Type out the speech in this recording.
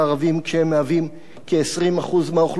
כשהם כ-20% מהאוכלוסייה,